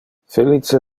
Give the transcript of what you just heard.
felice